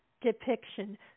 depiction